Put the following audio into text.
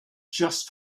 just